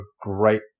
great